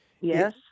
Yes